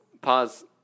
pause